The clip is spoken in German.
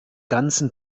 ganzen